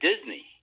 Disney